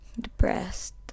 depressed